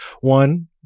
One